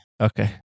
Okay